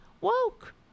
Woke